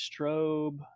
strobe